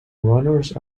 runners